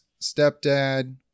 stepdad